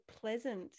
pleasant